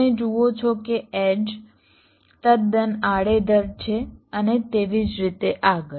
તમે જુઓ છો કે એડ્જ તદ્દન આડેધડ છે અને તેવી જ રીતે આગળ